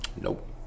Nope